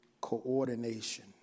Coordination